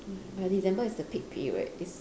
by december it's the peak period it's